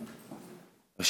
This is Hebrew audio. ראשית,